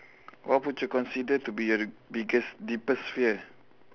what would you consider to be your biggest deepest fear